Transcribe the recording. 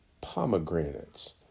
pomegranates